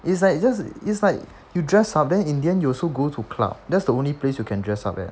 it's like you just it's like you dress up then in the end you also go to club that's the only place you can dress up at